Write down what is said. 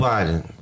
Biden